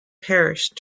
perished